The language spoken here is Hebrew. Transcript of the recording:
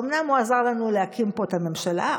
אומנם הוא עזר לנו להקים פה את הממשלה,